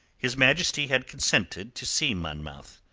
his majesty had consented to see monmouth.